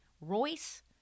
Royce